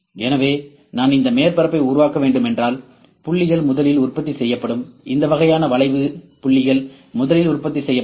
எனவே நான் இந்த மேற்பரப்பை உருவாக்க வேண்டும் என்றால் புள்ளிகள் முதலில் உற்பத்தி செய்யப்படும் இந்த வகையான வளைவு புள்ளிகள் முதலில் உற்பத்தி செய்யப்படும்